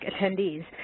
attendees